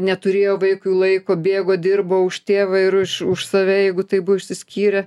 neturėjo vaikui laiko bėgo dirbo už tėvą ir už už save jeigu tai buvo išsiskyrę